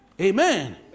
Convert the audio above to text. Amen